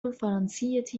الفرنسية